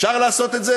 אפשר לעשות את זה?